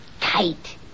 Tight